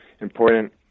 important